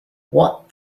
what